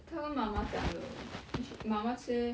她跟妈妈讲了 then she 妈妈 say